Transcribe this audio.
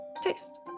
taste